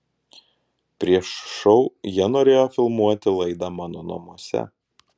prieš šou jie norėjo filmuoti laidą mano namuose